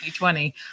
2020